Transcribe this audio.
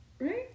Right